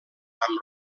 amb